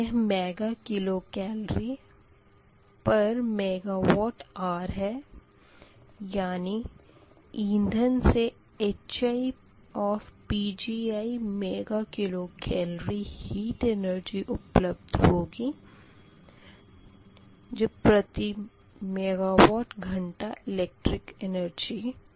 यह MkCalMWHr है यानी इंधन से HiPgi mega kilo calorie heat energy उपलब्ध होगी प्रति मेगावाट घंटा एलेक्टिरिक एनर्जी से